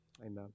Amen